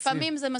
תודה.